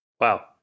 Wow